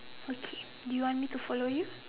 okay you want me to follow you